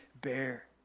bear